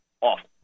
Awful